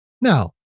Now